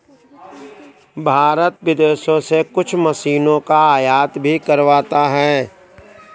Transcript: भारत विदेशों से कुछ मशीनों का आयात भी करवाता हैं